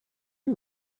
you